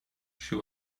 she